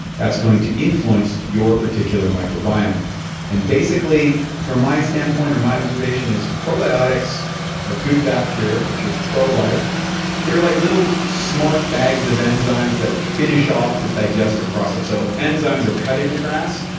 that's going to influence your particular microbiome and basically, from my standpoint, or my observation is probiotics are good bacteria, which are pro-life. they're like little smart bags of enzymes that finish off the digestive process so, if enzymes are cutting the grass,